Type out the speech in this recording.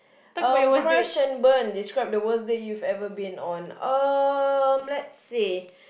um crash and burn describe the worst date you've ever been on um let's see